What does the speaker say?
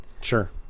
Sure